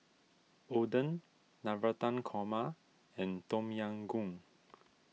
Oden Navratan Korma and Tom Yam Goong